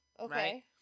Okay